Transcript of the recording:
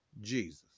Jesus